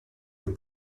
aux